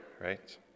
right